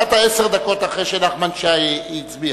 באת עשר דקות אחרי שנחמן שי הצביע.